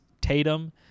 Tatum